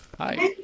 Hi